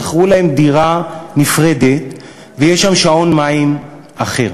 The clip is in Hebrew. שכרו להם דירה נפרדת ויש שם שעון מים אחר.